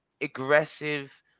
aggressive